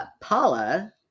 Paula